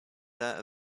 that